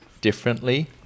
Differently